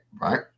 right